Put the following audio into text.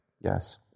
Yes